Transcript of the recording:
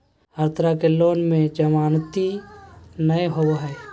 हर तरह के लोन में जमानती नय होबो हइ